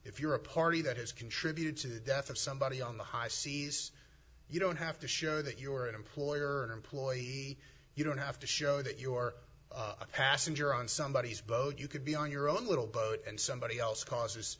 if you're a party that has contributed to the death of somebody on the high seas you don't have to show that you're an employer and employee you don't have to show that you're a passenger on somebody who's boat you could be on your own little boat and somebody else causes